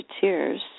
tears